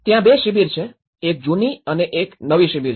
ત્યાં બે શિબિર છે એક જૂની અને એક નવી શિબિર છે